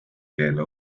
keele